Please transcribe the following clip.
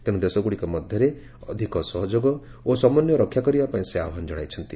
ତେଣୁ ଦେଶଗୁଡ଼ିକ ମଧ୍ୟରେ ଅଧିକ ସହଯୋଗ ଓ ସମନ୍ୱୟ ରକ୍ଷା କରିବା ପାଇଁ ସେ ଆହ୍ପାନ ଜଣାଇଛନ୍ତି